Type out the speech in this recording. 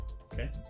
Okay